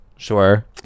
Sure